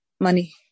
money